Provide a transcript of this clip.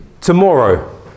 tomorrow